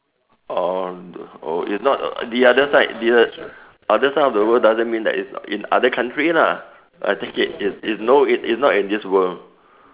orh oh it's not the other side the other side of the world doesn't mean that is in other country lah I take it is is no it's it's not in this world